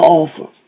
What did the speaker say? offer